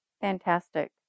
Fantastic